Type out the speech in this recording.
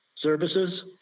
services